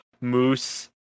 moose